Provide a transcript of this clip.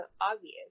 obvious